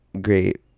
great